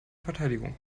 verteidigung